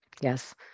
Yes